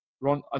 ron